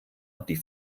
die